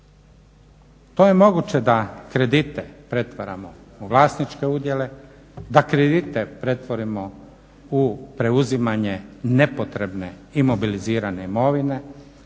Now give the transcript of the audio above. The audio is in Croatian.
To je moguće da kredite pretvaramo u vlasničke udjele, da kredite pretvorimo u preuzimanje nepotrebne imobilizirane imovine,